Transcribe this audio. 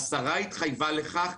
השרה התחייבה לכך.